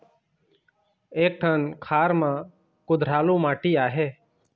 एक ठन खार म कुधरालू माटी आहे?